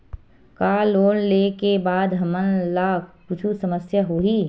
का लोन ले के बाद हमन ला कुछु समस्या होही?